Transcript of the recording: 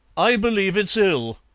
i believe it's ill,